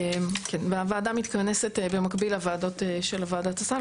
הוועדה מתכנסת במקביל לוועדות של ועדת הסל.